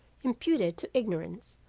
imputed to ignorance,